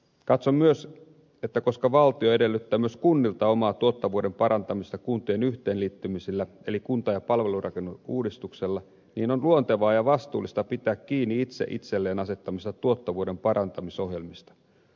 katson myös että koska valtio edellyttää myös kunnilta omaa tuottavuuden parantamista kuntien yhteenliittymisillä eli kunta ja palvelurakenneuudistuksella niin on luontevaa ja vastuullista pitää kiinni itse itselleen asettamistaan tuottavuuden parantamisohjelmista